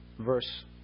verse